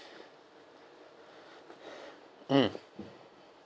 mm